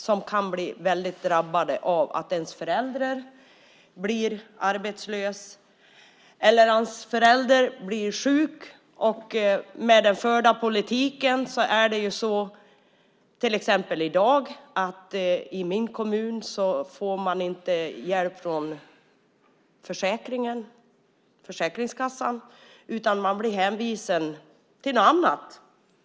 Barn kan bli väldigt drabbade av att deras föräldrar blir arbetslösa eller sjuka. Med den förda politiken får man till exempel i min kommun i dag inte hjälp från Försäkringskassan utan man blir hänvisad till något annat.